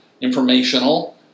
informational